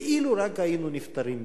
ואילו רק היינו נפטרים מזה.